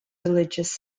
religious